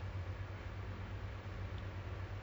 clients like we have clients